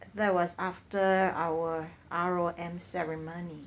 there was after our R_O_M ceremony